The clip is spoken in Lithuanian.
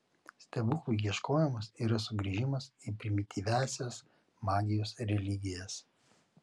stebuklų ieškojimas yra sugrįžimas į primityviąsias magijos religijas